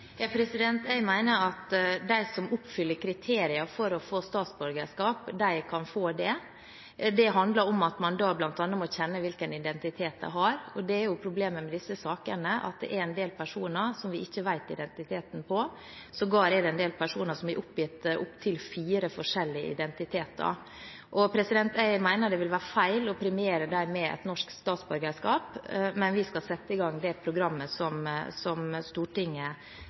Jeg mener at de som oppfyller kriteriene for å få statsborgerskap, kan få det. Det handler om at man bl.a. må kjenne hvilken identitet de har. Problemet med disse sakene er at det er en del personer som vi ikke kjenner identiteten til, sågar er det en del personer som har oppgitt opptil fire forskjellige identiteter. Jeg mener det vil være feil å premiere dem med et norsk statsborgerskap. Men vi skal sette i gang det programmet som Stortinget ønsker, og kommer tilbake til dette – i tråd med det som Stortinget